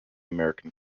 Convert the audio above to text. american